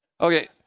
Okay